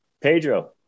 Pedro